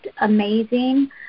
amazing